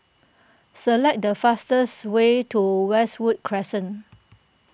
select the fastest way to Westwood Crescent